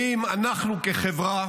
האם אנחנו כחברה